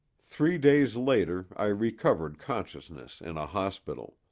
three days later i recovered consciousness in a hospital.